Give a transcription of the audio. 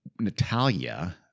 Natalia